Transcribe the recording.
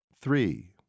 Three